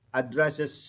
addresses